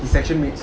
his section mates